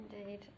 Indeed